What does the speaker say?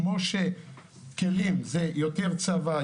כמו שכלים זה יותר צבא,